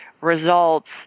results